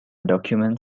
document